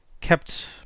kept